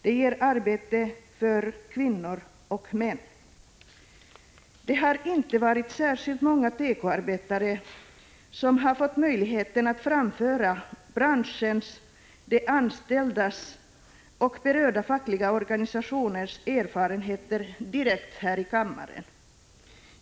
De ger arbete för kvinnor och för män. Det har inte varit särskilt många tekoarbetare som har fått möjligheten att framföra branschens, de anställdas och berörda fackliga organisationers erfarenheter direkt här i kammaren.